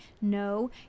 No